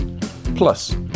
Plus